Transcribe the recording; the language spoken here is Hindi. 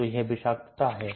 यह परम घुलनशीलता है